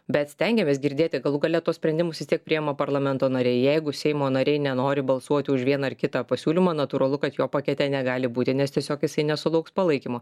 bet stengiamės girdėti galų gale tuos sprendimus vis tiek priema parlamento nariai jeigu seimo nariai nenori balsuoti už vieną ar kitą pasiūlymą natūralu kad jo pakete negali būti nes tiesiog jisai nesulauks palaikymo